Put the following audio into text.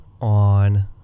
on